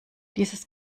dieses